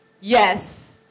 yes